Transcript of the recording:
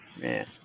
man